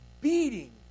beating